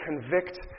convict